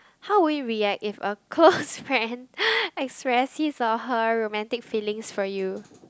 how would you react if a close friend express his or her romantic feelings for you